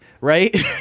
right